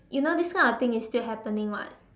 you know this kind of thing is still happening [what]